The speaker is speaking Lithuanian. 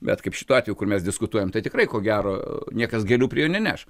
bet kaip šituo atveju kur mes diskutuojam tai tikrai ko gero niekas gėlių prie jo neneš